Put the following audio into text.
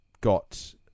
got